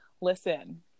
listen